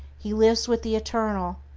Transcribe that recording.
he lives with the eternal,